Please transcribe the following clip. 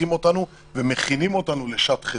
מדריכים אותנו ומכינים אותנו לשעת חירום.